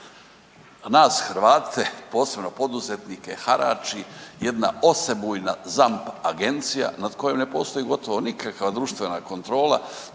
Nas Hrvate, posebno poduzetnike harači jedna osebujna ZAMP agencija nad kojom ne postoji gotovo nikakva društvena kontrola.